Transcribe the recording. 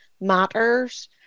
matters